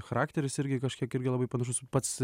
charakteris irgi kažkiek irgi labai panašus pats